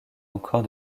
encore